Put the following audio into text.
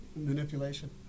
Manipulation